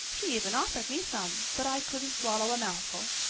she even offered me some, but i couldn't swallow a mouthful.